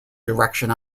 direction